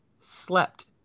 slept